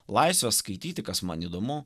laisvę skaityti kas man įdomu